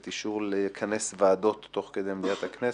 אישור לכנס ועדות תוך כדי ישיבת מליאת הכנסת.